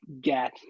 get